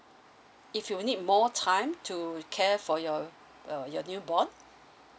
if you need more time to care for your uh your new born